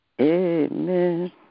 Amen